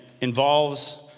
involves